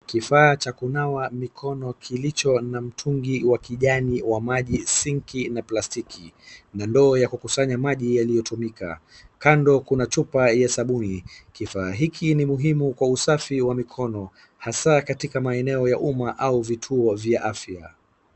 Kifaa cha kunawa mikono kilicho na mtungi wa kijani wa maji, sinki na plastiki, na ndoo ya kukusanya maji yaliyo tumika. Kando kuna chupa ya sabuni. Kifaa hiki ni muhimu kwa usafi wa mikono, hasa katika maeneo ya uma au vituo vya afya.